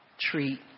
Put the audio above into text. treat